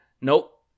nope